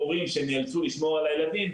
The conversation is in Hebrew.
הורים שנאלצו לשמור על הילדים,